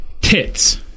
tits